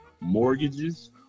mortgages